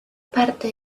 parte